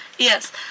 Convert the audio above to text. Yes